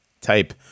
type